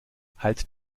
halt